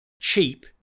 cheap